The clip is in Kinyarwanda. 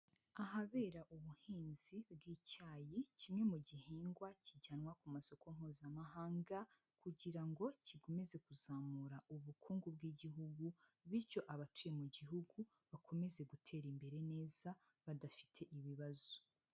Ahabera ubuhinzi bw'icyayi kimwe mu gihingwa kijyanwa ku masoko mpuzamahanga kugira ngo gikomeze kuzamura ubukungu bw'igihugu, bityo abatuye mu gihugu bakomeze gutera imbere neza badafite ibibazo.